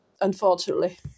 unfortunately